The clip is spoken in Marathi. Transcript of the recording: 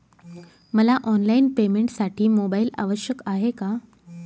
मला ऑनलाईन पेमेंटसाठी मोबाईल आवश्यक आहे का?